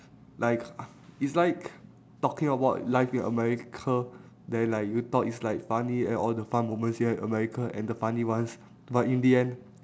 like is like talking about life in america then like you thought is like funny and all the fun moments here in america and the funny ones but in the end